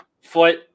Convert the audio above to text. foot